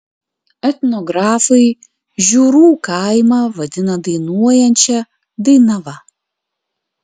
etnografai žiūrų kaimą vadina dainuojančia dainava